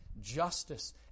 justice